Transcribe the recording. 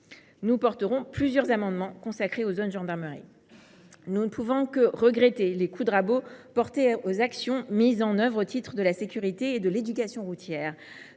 Nous présenterons plusieurs amendements consacrés aux zones de gendarmerie. Nous ne pouvons que regretter les coups de rabot portés aux actions mises en œuvre au titre de la sécurité et de l’éducation routières.